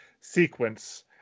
sequence